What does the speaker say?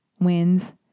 wins